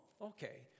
okay